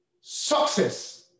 success